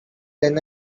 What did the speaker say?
than